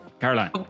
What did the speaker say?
Caroline